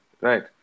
Right